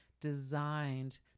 designed